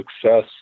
success